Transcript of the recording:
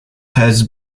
has